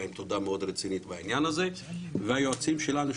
להם תודה מאוד רצינית בעניין הזה והיועצים שלנו,